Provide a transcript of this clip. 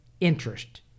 interest